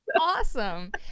awesome